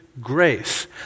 grace